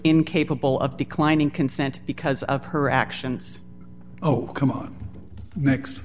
incapable of declining consent because of her actions oh come on